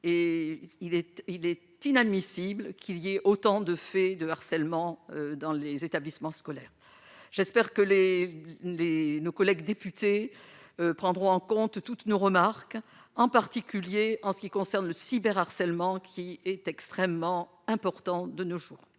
il est inadmissible qu'il y a autant de faits de harcèlement dans les établissements scolaires, j'espère que les les nos collègues députés prendront en compte toutes nos remarques, en particulier en ce qui concerne le cyber harcèlement qui est extrêmement important de nos jours,